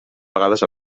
vegades